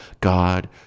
God